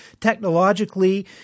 technologically